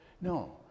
No